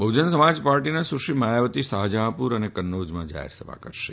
બહુજન સમાજ પાર્ટીના સુશ્રી માયાવતી શાફજહાઁપુર અને કન્નોજમાં જાહેરસભા કરશે